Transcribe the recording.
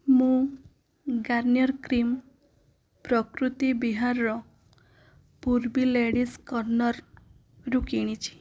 ମୁଁ Garnier cream Prakruti ବିହାରର Purbi ladies କର୍ଣ୍ଣରରୁ କିଣିଛି